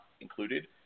included